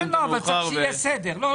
לא, אבל צריך שיהיה סדר.